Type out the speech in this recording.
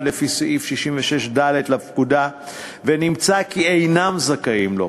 לפי סעיף 66(ד) לפקודה ונמצא כי אינם זכאים לו,